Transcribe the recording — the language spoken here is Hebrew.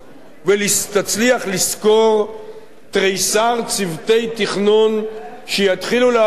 לשכור תריסר צוותי תכנון שיתחילו לעבוד בשנה הבאה,